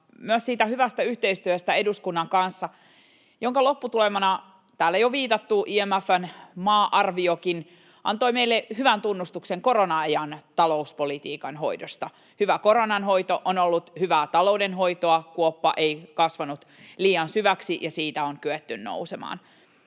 myös siitä hyvästä yhteistyöstä eduskunnan kanssa, jonka lopputulemana täällä jo viitattu IMF:n maa-arviokin antoi meille hyvän tunnustuksen korona-ajan talouspolitiikan hoidosta. Hyvä koronanhoito on ollut hyvää taloudenhoitoa: kuoppa ei kasvanut liian syväksi, ja siitä on kyetty nousemaan.